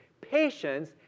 Patience